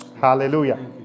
hallelujah